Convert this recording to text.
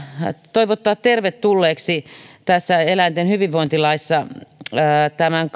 toivottaa tervetulleeksi tässä eläinten hyvinvointilaissa tämän